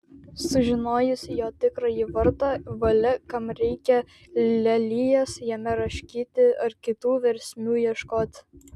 sužinojus jo tikrąjį vardą valia kam reikia lelijas jame raškyti ar kitų versmių ieškoti